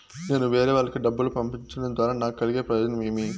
నేను వేరేవాళ్లకు డబ్బులు పంపించడం ద్వారా నాకు కలిగే ప్రయోజనం ఏమి?